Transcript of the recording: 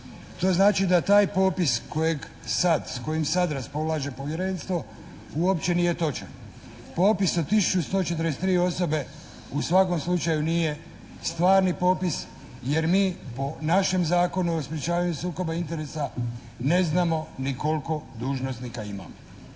To znači da taj popis kojeg sad, s kojim sad raspolaže povjerenstvo uopće nije točan. Popis od tisuću 143 osobe u svakom slučaju nije stvarni popis jer mi po našem Zakonu o sprječavanju sukoba interesa ne znamo ni koliko dužnosnika imam.